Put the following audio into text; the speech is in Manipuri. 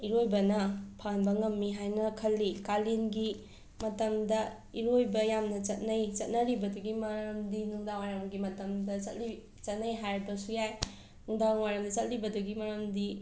ꯏꯔꯣꯏꯕꯅ ꯐꯍꯟꯕ ꯉꯝꯃꯤ ꯍꯥꯏꯅ ꯈꯜꯂꯤ ꯀꯥꯂꯦꯟꯒꯤ ꯃꯇꯝꯗ ꯏꯔꯣꯏꯕ ꯌꯥꯝꯅ ꯆꯠꯅꯩ ꯆꯠꯅꯔꯤꯕꯗꯨꯒꯤ ꯃꯔꯝꯗꯤ ꯅꯨꯡꯗꯥꯡ ꯋꯥꯏꯔꯝꯒꯤ ꯃꯇꯝꯗ ꯆꯠꯂꯤ ꯆꯠꯅꯩ ꯍꯥꯏꯔꯛꯄꯁꯨ ꯌꯥꯏ ꯅꯨꯡꯊꯥꯡ ꯋꯥꯏꯔꯝ ꯆꯠꯂꯤꯕꯗꯨꯒꯤ ꯃꯔꯝꯗꯤ